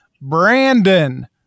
Brandon